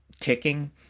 ticking